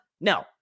No